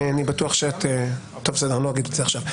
אני בטוח שאת טוב, לא אגיד את זה עכשיו.